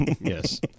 Yes